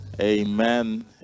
Amen